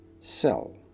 cell